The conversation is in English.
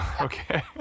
Okay